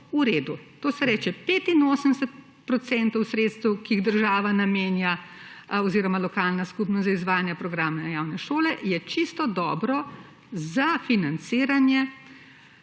To se pravi, 85 % sredstev, ki jih država namenja oziroma lokalna skupnost za izvajanje programa javne šole, je čisto dobro za financiranje